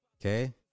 Okay